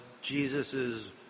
Jesus's